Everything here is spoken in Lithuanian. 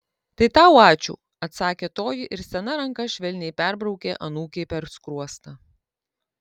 tai tau ačiū atsakė toji ir sena ranka švelniai perbraukė anūkei per skruostą